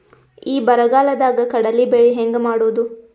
ಈ ಬರಗಾಲದಾಗ ಕಡಲಿ ಬೆಳಿ ಹೆಂಗ ಮಾಡೊದು?